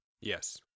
Yes